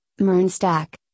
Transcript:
Mernstack